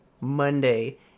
Monday